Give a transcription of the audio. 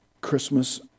Christmas